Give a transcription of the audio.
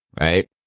Right